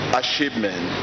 achievement